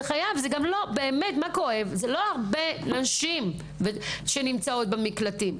זה לא הרבה נשים שנמצאות במקלטים,